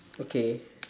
okay